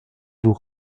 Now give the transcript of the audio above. vous